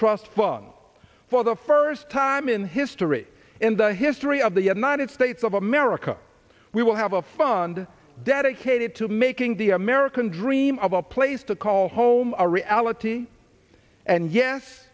trust fund for the first time in history in the history of the united states of america we will have a fund dedicated to making the american dream of a place to call home a reality and yes